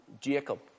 Jacob